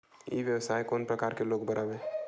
ई व्यवसाय कोन प्रकार के लोग बर आवे?